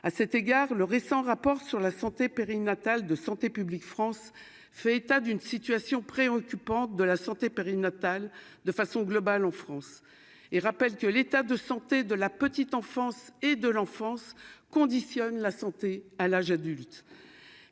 à cet égard le récent rapport sur la santé périnatale de santé publique France fait état d'une situation préoccupante de la santé périnatale de façon globale en France et rappelle que l'état de santé de la petite enfance et de l'enfance conditionne la santé à l'âge adulte,